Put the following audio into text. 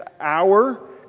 hour